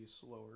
slower